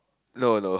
no no